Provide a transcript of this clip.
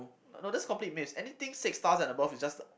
no that's a complete miss anything six stars and above is just